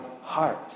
heart